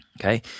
Okay